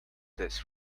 this